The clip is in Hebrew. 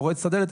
פורץ את הדלת,